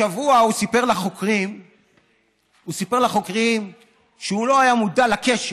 השבוע הוא סיפר לחוקרים שהוא לא היה מודע לקשר.